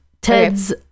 ted's